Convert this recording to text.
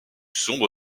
sombre